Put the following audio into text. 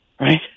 right